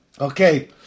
Okay